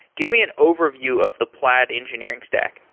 give me an overview of the plaid engineering stack.